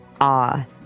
awe